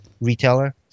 retailer